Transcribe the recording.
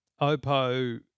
Oppo